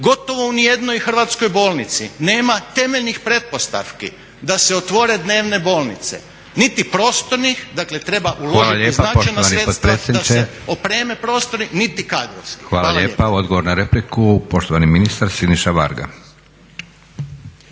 gotovo u nijednoj hrvatskoj bolnici nema temeljnih pretpostavki da se otvore dnevne bolnice, niti prostornih, dakle treba uložiti značajna sredstva da se opreme prostori niti kadrovski. Hvala lijepa. **Leko, Josip (SDP)** Hvala lijepa poštovani